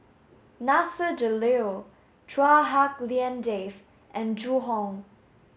Nasir Jalil Chua Hak Lien Dave and Zhu Hong